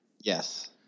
Yes